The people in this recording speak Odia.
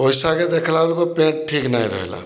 ପଏସାକେ ଦେଖ୍ଲା ବେଳ୍କୁ ପ୍ୟାଣ୍ଟ୍ ଠିକ୍ ନାଇଁ ରହିଲା